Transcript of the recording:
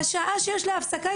בשעה שיש לה הפסקה,